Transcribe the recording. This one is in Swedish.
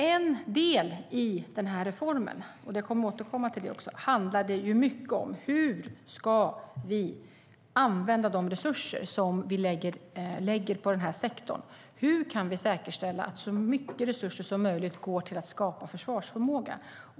En del i reformen handlade mycket om hur vi ska använda de resurser som vi lägger på den här sektorn och hur vi kan säkerställa att så mycket resurser som möjligt går till att skapa försvarsförmåga.